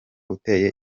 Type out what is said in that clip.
uteye